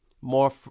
more